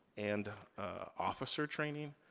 and officer training.